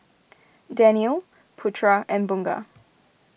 Daniel Putra and Bunga